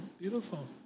beautiful